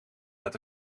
met